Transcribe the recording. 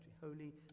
holy